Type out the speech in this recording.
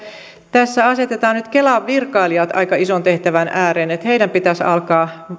tässä asetetaan nyt kelan virkailijat aika ison tehtävän ääreen heidän pitäisi alkaa